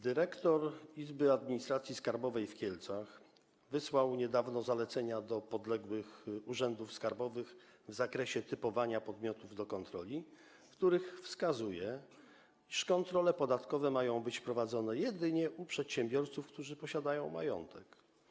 Dyrektor Izby Administracji Skarbowej w Kielcach wysłał niedawno zalecenia do podległych urzędów skarbowych w zakresie typowania podmiotów do kontroli, w których wskazuje, iż kontrole podatkowe mają być prowadzone jedynie u przedsiębiorców, którzy posiadają majątek.